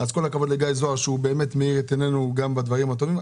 כל הכבוד לגיא זוהר שהוא באמת מאיר את עיננו גם בדברים הטובים.